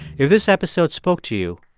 if this episode spoke to you,